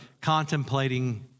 contemplating